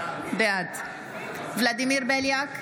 בעד ולדימיר בליאק,